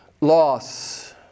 loss